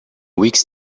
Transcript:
weeks